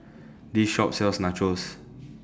This Shop sells Nachos